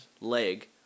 leg